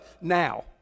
now